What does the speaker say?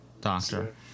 doctor